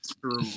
True